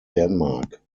denmark